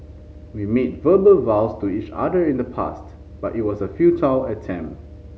we made verbal vows to each other in the past but it was a futile attempt